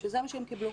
שזה מה שהם קיבלו.